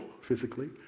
physically